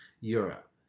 Europe